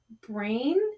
brain